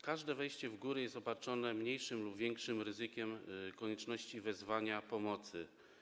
Każde wyjście w góry jest obarczone mniejszym lub większym ryzykiem dotyczącym konieczności wezwania pomocy.